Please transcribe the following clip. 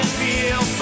feel